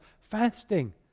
fasting